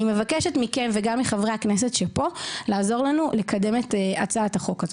אני מבקשת מכם וגם מחברי הכנסת שפה לעזור לנו לקדם את הצעת החוק הזאת,